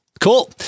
cool